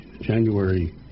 January